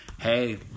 Hey